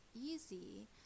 easy